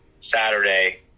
Saturday